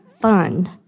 fund